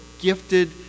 gifted